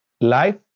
life